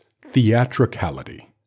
theatricality